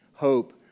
Hope